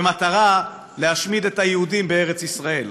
במטרה להשמיד את היהודים בארץ ישראל.